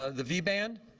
ah the v-band.